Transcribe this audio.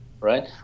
right